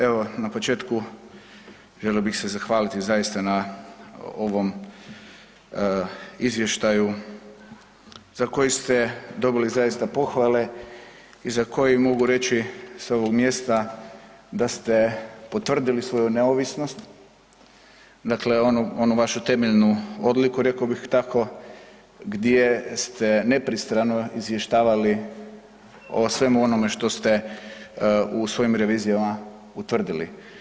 Evo, na početku želio bih se zahvaliti zaista na ovom izvještaju za koji ste dobili zaista pohvale i za koji mogu reći s ovog mjesta da ste potvrdili svoju neovisnost, dakle onu vašu temeljnu odliku, rekao bih tako, gdje ste nepristrano izvještavali o svemu onome što ste u svojim revizijama utvrdili.